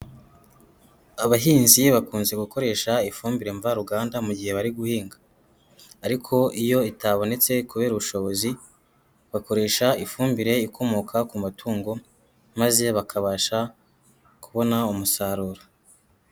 Abahinzi bakunze gukoresha ifumbire mvaruganda mu gihe bari guhinga ariko iyo itabonetse kubera ubushobozi, bakoresha ifumbire ikomoka ku matungo maze bakabasha kubona umusaruro.